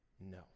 No